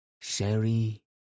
Sherry